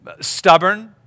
Stubborn